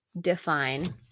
define